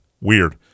Weird